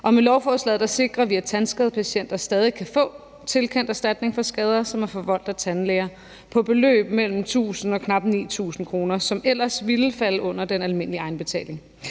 Med lovforslaget sikrer vi, at tandskadepatienter stadig kan få tilkendt erstatning for skader, som er forvoldt af tandlæger, på beløb mellem 1.000 kr. og knap 9.000 kr., som ellers ville falde under den almindelige egenbetaling.